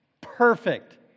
Perfect